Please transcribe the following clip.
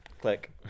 Click